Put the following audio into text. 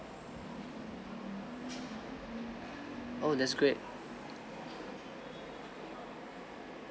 oh that's great